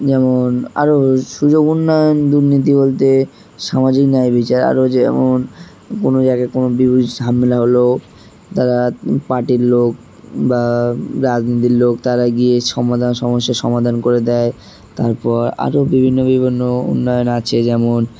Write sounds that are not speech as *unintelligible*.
যেমন আরও সুযোগ উন্নয়ন দুর্নীতি বলতে সামাজিক ন্যায় বিচার আরও যেমন কোনো জায়গায় কোনো *unintelligible* ঝামেলা হলো তারা পার্টির লোক বা রাজনীতির লোক তারা গিয়ে সমাধান সমস্যার সমাধান করে দেয় তারপর আরও বিভিন্ন বিভিন্ন উন্নয়ন আছে যেমন